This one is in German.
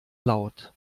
laut